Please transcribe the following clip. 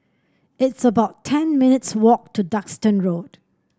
it's about ten minutes' walk to Duxton Road